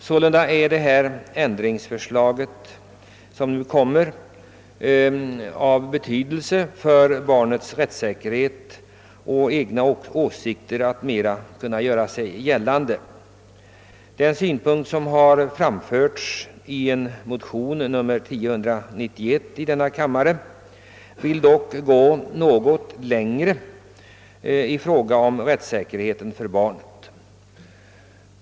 Sålunda är det nu framlagda förslaget till ändring av stor betydelse för barnets rättssäkerhet: Barnet får också möjlighet att i större utsträckning göra sina egna åsikter gällande. fråga om rättssäkerheten för barn.